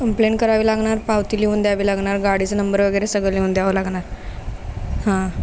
complaint करावी लागणार पावती लिहून द्यावी लागणार गाडीचं नंबर वगैरे सगळं लिहून द्यावं लागणार हां